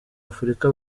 afurika